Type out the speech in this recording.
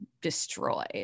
destroyed